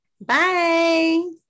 Bye